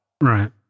Right